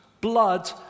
blood